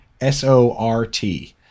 S-O-R-T